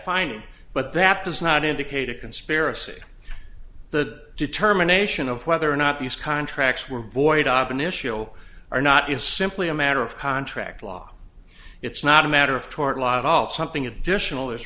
finding but that does not indicate a conspiracy the determination of whether or not these contracts were void ob initial or not is simply a matter of contract law it's not a matter of tort law at all something additional is